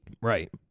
Right